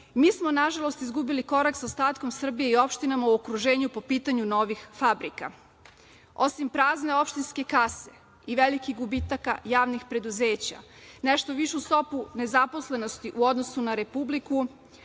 mi smo nažalost izgubili korak sa ostatkom Srbije i opštinama u okruženju po pitanju novih fabrika. Osim prazne opštinske kase i velikih gubitaka javnih preduzeća, nešto više u sklopu nezaposlenosti u odnosu na Republiku,